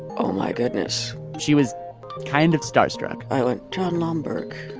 oh, my goodness. she was kind of star-struck i went, jon lomberg.